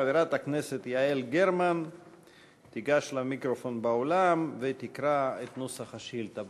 חברת הכנסת יעל גרמן תיגש למיקרופון באולם ותקרא את נוסח השאילתה.